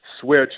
switch